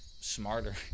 smarter